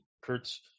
Kurtz